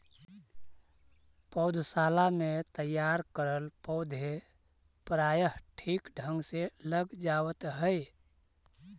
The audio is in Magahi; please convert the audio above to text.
पौधशाला में तैयार करल पौधे प्रायः ठीक ढंग से लग जावत है